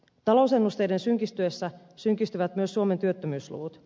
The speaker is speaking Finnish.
talousennusteiden synkistyessä synkistyvät myös suomen työttömyysluvut